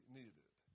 needed